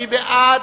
מי בעד?